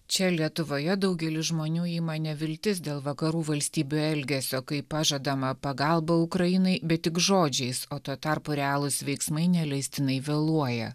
čia lietuvoje daugelį žmonių ima neviltis dėl vakarų valstybių elgesio kai pažadama pagalba ukrainai bet tik žodžiais o tuo tarpu realūs veiksmai neleistinai vėluoja